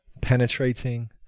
penetrating